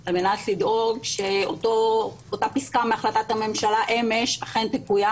על מנת לדאוג שאותה פסקה מהחלטת הממשלה אמש אכן תקוים,